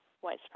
white